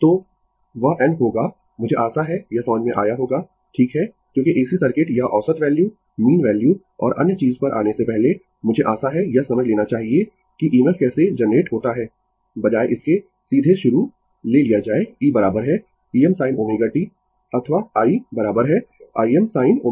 तो वह n होगा मुझे आशा है यह समझ में आया होगा ठीक है क्योंकि AC सर्किट या औसत वैल्यू मीन वैल्यू और अन्य चीज पर जाने से पहले मुझे आशा है यह समझ लेना चाहिए कि EMF कैसे जनरेट होता है बजाय इसके सीधे शुरू ले लिया जाय e बराबर है Em sin ω t अथवा i बराबर है i M sin ω t